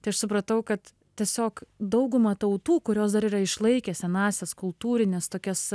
tai aš supratau kad tiesiog dauguma tautų kurios dar yra išlaikę senąsias kultūrines tokias